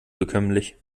bekömmlich